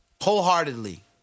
wholeheartedly